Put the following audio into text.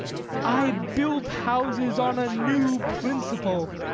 i built houses on a new principle.